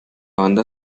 banda